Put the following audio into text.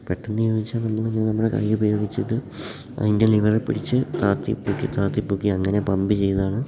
പെട്ടെന്ന് ചോദിച്ചാൽ നമ്മൾ ഇത് നമ്മളെ കൈ ഉപയോഗിച്ചിട്ട് അതിൻ്റെ ലിവറിൽ പിടിച്ച് താഴ്ത്തിപ്പൊക്കി താഴ്ത്തിപ്പൊക്കി അങ്ങനെ പമ്പ് ചെയ്താണ്